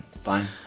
Fine